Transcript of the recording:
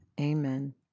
Amen